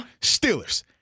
Steelers